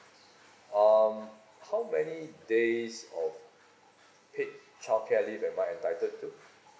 um how many days of paid childcare leave am I entitled to